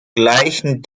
gleichen